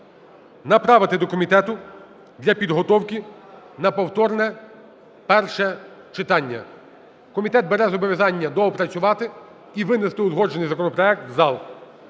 направити до комітету для підготовки на повторне перше читання. Комітет бере зобов'язання доопрацювати і винести узгоджений законопроект у зал.